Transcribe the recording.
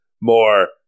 More